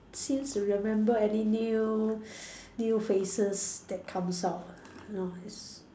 seems to remember any new new faces that comes out you know is